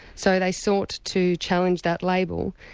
so they sought to challenge that label,